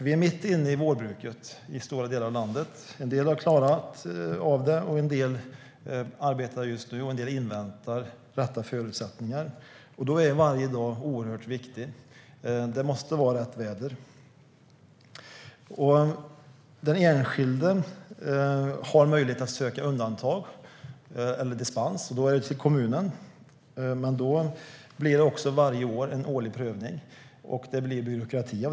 Vi är mitt inne i vårbruket i stora delar av landet. En del har klarat av det, en del arbetar just nu och en del inväntar de rätta förutsättningarna. Då är varje dag oerhört viktig. Det måste vara rätt väder. Den enskilde har möjlighet att söka undantag eller dispens hos kommunen, men då blir det en årlig prövning varje år och byråkrati.